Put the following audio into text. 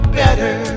better